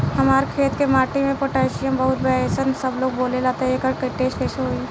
हमार खेत के माटी मे पोटासियम बहुत बा ऐसन सबलोग बोलेला त एकर टेस्ट कैसे होई?